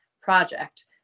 project